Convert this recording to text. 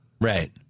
Right